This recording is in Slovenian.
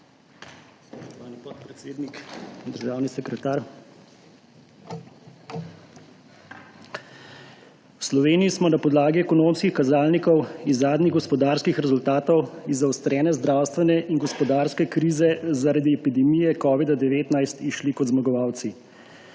V Sloveniji smo na podlagi ekonomskih kazalnikov iz zadnjih gospodarskih rezultatov iz zaostrene zdravstvene in gospodarske krize zaradi epidemije covida 19 izšli kot zmagovalci.